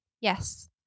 Yes